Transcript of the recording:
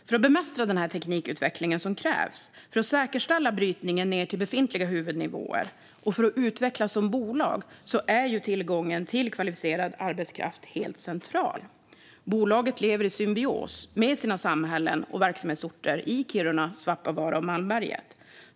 För att bemästra den teknikutveckling som krävs, för att säkerställa brytning ner till befintliga huvudnivåer och för att utvecklas som bolag är tillgången till kvalificerad arbetskraft helt central. Bolaget lever i symbios med sina samhällen och verksamhetsorter i Kiruna, Svappavaara och Malmberget.